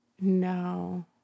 No